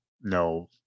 no